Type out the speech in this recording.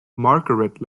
margaret